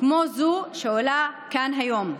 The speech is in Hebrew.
כמו זו שעולה כאן היום.